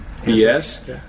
Yes